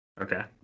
okay